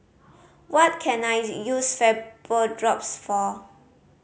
what can I use Vapodrops for